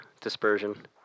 dispersion